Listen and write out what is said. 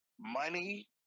money